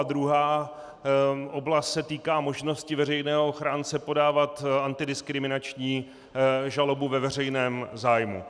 Druhá oblast se týká možnosti veřejného ochránce podávat antidiskriminační žalobu ve veřejném zájmu.